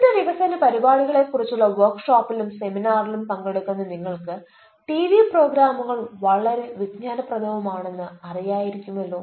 വ്യക്തിത്വ വികസന പരിപാടികളെക്കുറിച്ചുള്ള വർക്ക്ഷോപ്പിലും സെമിനാറിലും പങ്കെടുക്കുന്ന നിങ്ങൾക്ക് ടിവി പ്രോഗ്രാമുകൾ വളരെ വിജ്ഞാനപ്രദവുമാണെന്ന് അറിയാമായിരിക്കുമല്ലോ